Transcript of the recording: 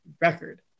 record